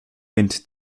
wind